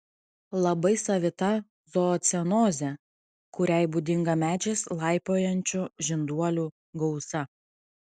labai savita zoocenozė kuriai būdinga medžiais laipiojančių žinduolių gausa